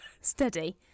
steady